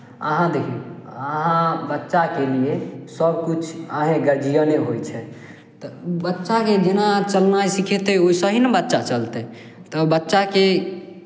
अहाँ देखियौ अहाँ बच्चाके लिए सभकिछु आइ गार्जियने होइ छै तऽ ओ बच्चाकेँ जेना चलनाइ सिखयतै वइसे ही ने बच्चा चलतै तऽ बच्चाकेँ